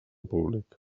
públic